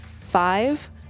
five